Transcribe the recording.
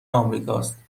امریکاست